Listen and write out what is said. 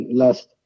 last